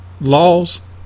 laws